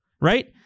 right